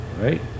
Right